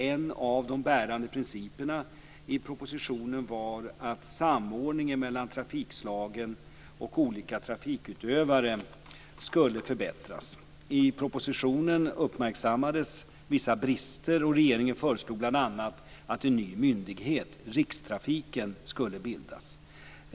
En av de bärande principerna i propositionen var att samordningen mellan trafikslagen och olika trafikutövare skulle förbättras. I propositionen uppmärksammades vissa brister, och regeringen föreslog bl.a. att en ny myndighet, Rikstrafiken, skulle bildas.